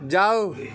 ਜਾਓ